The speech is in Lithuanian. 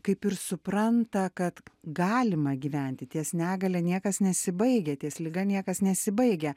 kaip ir supranta kad galima gyventi ties negalia niekas nesibaigia ties liga niekas nesibaigia